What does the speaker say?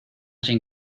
sin